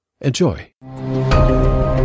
Enjoy